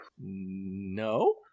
No